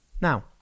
Now